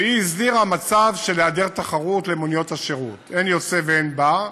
שהסדירה מצב של היעדר תחרות למוניות השירות: אין יוצא ואין בא,